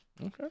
Okay